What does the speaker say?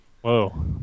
Whoa